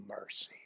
mercy